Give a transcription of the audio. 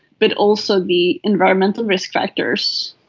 but also the environmental risk factors,